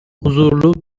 huzurlu